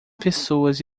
pessoas